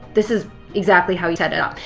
this is exactly how you set it up.